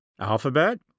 Alphabet